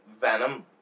Venom